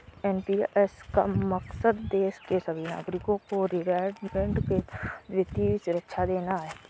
NPS का मकसद देश के सभी नागरिकों को रिटायरमेंट के बाद वित्तीय सुरक्षा देना है